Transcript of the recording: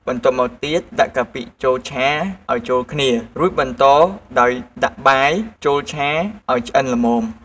បន្ទាប់មកទៀត ដាក់កាពិចូលឆាឱ្យចូលគ្នា រួចបន្តដោយដាក់បាយចូលឆាឱ្យឆ្អិនល្មម។